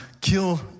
kill